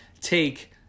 Take